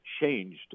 changed